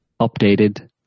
updated